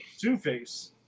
two-face